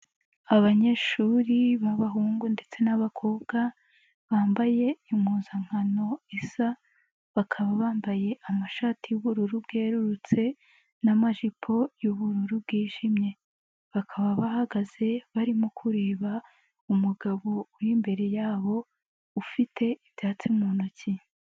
Abanyeshuri b'abahungu ndetse n'abakobwa bambaye impuzankano isa, bakaba bambaye amashati y'ubururu bwerurutse n'amajipo y'ubururu bwijimye, bakaba bahagaze barimo kureba umugabo uri imbere yabo ufite ibyatsi mu ntoki.